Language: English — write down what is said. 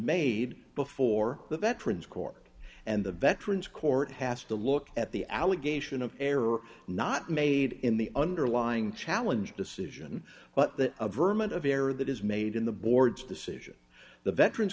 made before the veterans court and the veterans court has to look at the allegation of error not made in the underlying challenge decision but that of vermin of error that is made in the board's decision the veterans